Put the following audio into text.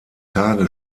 tage